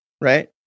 right